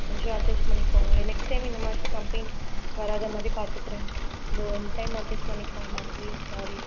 கொஞ்சம் அட்ஜஸ்ட் பண்ணிக்கோங்க next time இந்தமாதிரி கம்ப்ளைன்ட்ஸ் வராதமாதிரி பார்த்துக்கிறேன் இந்த ஒன் டைம் அட்ஜஸ்ட் பண்ணிக்கோங்க மேம் ப்ளீஸ் சாரி